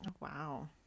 Wow